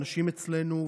האנשים אצלנו,